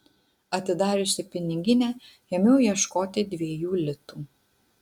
atidariusi piniginę ėmiau ieškoti dviejų litų